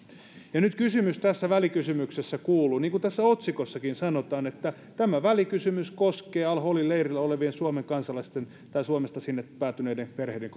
edelle nyt kysymys tässä välikysymyksessä kuuluu niin kuin tässä otsikossakin sanotaan että tämä välikysymys koskee al holin leirillä olevien suomen kansalaisten tai suomesta sinne päätyneiden perheiden